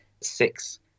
Six